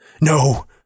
No